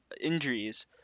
injuries